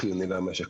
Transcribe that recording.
בהמשך